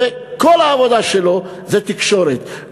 וכל העבודה שלו זה תקשורת.